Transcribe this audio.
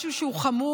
משהו שהוא חמור,